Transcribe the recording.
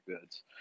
goods